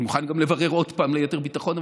אני מוכן גם לברר עוד פעם ליתר ביטחון,